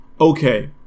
okay